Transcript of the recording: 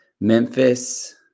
Memphis